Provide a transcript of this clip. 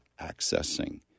accessing